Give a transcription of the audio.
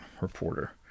Reporter